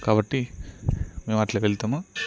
కాబట్టి మేము అట్లా వెళ్తాము